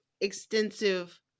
extensive